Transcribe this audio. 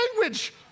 language